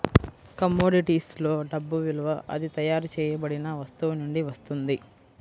commodities లో డబ్బు విలువ అది తయారు చేయబడిన వస్తువు నుండి వస్తుంది